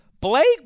Blake